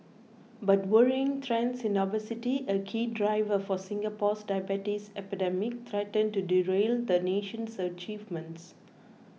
but worrying trends in obesity a key driver for Singapore's diabetes epidemic threaten to derail the nation's achievements